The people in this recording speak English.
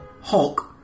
Hulk